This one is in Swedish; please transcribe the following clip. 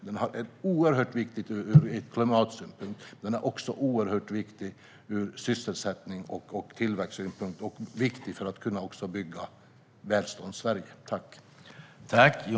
Den är oerhört viktig ur klimatsynpunkt, och den är även mycket viktig för sysselsättning och tillväxt liksom för att bygga välstånd för Sverige.